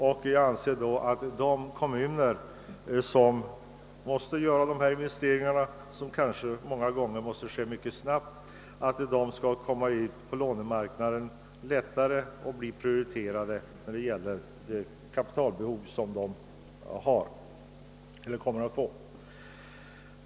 Jag anser att de kommuner som måste göra sådana investeringar — många gånger mycket snabbt — lättare skall kunna komma ut på lånemarknaden och bli prioriterade när det gäller deras uppkommande kapitalbehov.